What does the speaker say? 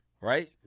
right